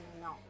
no